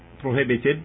prohibited